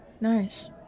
Nice